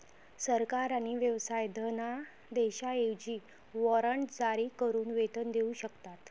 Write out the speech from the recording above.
सरकार आणि व्यवसाय धनादेशांऐवजी वॉरंट जारी करून वेतन देऊ शकतात